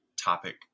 topic